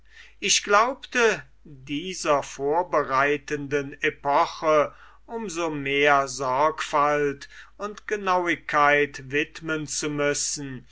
ich glaubte dieser vorbereitenden epoche um so mehr sorgfalt und genauigkeit widmen zu müssen